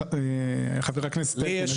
חבר הכנסת אלקין,